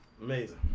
Amazing